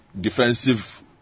defensive